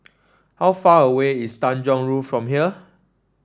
how far away is Tanjong Rhu from here